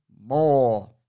more